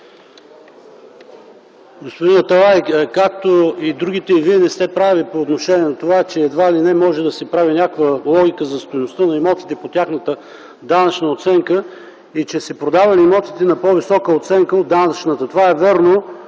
Господин Аталай, както и другите, и Вие не сте прав по отношение на това, че едва ли не може да се прави някаква логика за стойността на имотите по тяхната данъчна оценка, и че се продавали имотите на по-висока оценка от данъчната. Това е вярно,